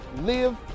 live